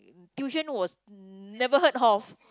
tuition was never heard of